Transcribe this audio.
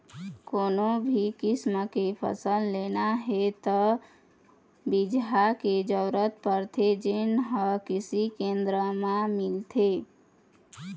कोनो भी किसम के फसल लेना हे त बिजहा के जरूरत परथे जेन हे कृषि केंद्र म मिलथे